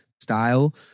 style